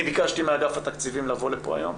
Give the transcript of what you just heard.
אני ביקשתי מאגף התקציבים לבוא לפה היום.